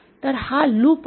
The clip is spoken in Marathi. तर हा लूप आहे